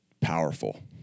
powerful